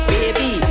Baby